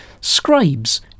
Scribes